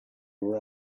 were